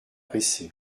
pressé